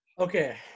Okay